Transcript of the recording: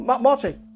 Marty